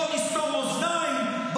בוא נסתום אוזניים,